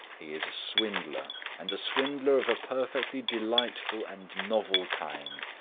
he is a swindler, and a swindler of a perfectly delightful and novel kind.